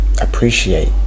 appreciate